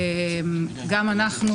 גם אנחנו,